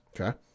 Okay